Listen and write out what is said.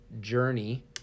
journey